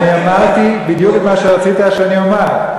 אני אמרתי בדיוק את מה שרצית שאני אומר,